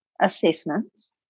assessments